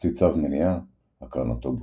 הוציא צו מניעה – הקרנתו בוטלה.